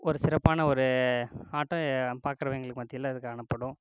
ஒரு சிறப்பான ஒரு ஆட்டம் பாக்குறவங்களுக்கு மத்தியில் அது காணப்படும்